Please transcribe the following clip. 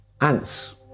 Ants